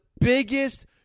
Biggest